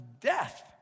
death